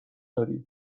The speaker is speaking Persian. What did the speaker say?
داری